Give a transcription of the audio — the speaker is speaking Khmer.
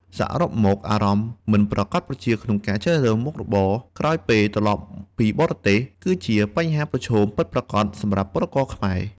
សរុបមកអារម្មណ៍មិនប្រាកដប្រជាក្នុងការជ្រើសរើសមុខរបរក្រោយពេលត្រឡប់ពីបរទេស គឺជាបញ្ហាប្រឈមពិតប្រាកដសម្រាប់ពលករខ្មែរ។